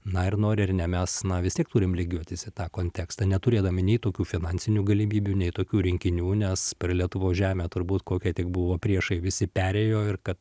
na ir nori ar ne mes na vis tiek turim lygiuotis į tą kontekstą neturėdami nei tokių finansinių galimybių nei tokių rinkinių nes per lietuvos žemę turbūt kokie tik buvo priešai visi perėjo ir kad